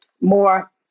more